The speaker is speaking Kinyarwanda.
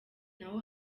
naho